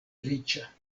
riĉa